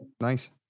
nice